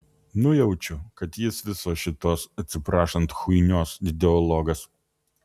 nujaučiu kad jis visos šitos atsiprašant chuinios ideologas